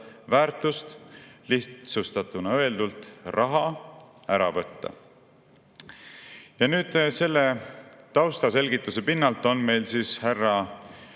väärtust või lihtsustatuna öeldult raha ära võtta. Selle taustaselgituse pinnalt on meil härra